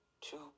two